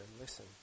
listen